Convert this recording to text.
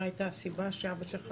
מה הייתה הסיבה שאבא שלך